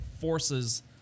forces